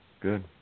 good